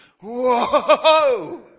whoa